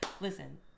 listen